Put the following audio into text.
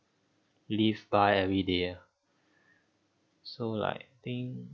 live by every day ah so like thing